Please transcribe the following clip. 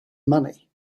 money